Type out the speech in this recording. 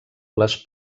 les